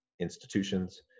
institutions